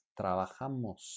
trabajamos